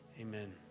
amen